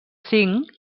cinc